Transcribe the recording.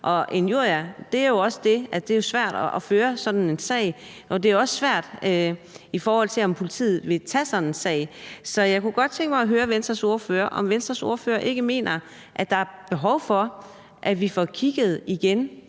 og injurier er det jo også svært at føre en sag om. Det er også svært, i forhold til om politiet vil tage sådan en sag. Så jeg kunne godt tænke mig at høre Venstres ordfører, om Venstres ordfører ikke mener, at der er behov for, at vi igen får kigget på